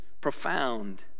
profound